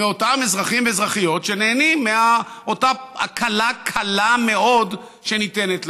מאותם אזרחים ואזרחיות שנהנים מאותה הקלה קלה מאוד שניתנת להם.